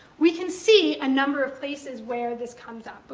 we can see a number of places where this comes up. but